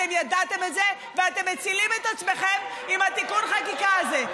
אתם ידעתם את זה ואתם מצילים את עצמכם עם תיקון החקיקה הזה.